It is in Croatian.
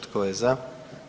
Tko je za?